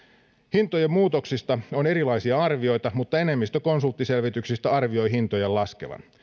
hintojen muutoksista on erilaisia arvioita mutta enemmistö konsulttiselvityksistä arvioi hintojen laskevan